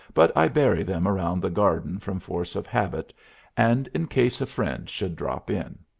but i bury them around the garden from force of habit and in case a friend should drop in.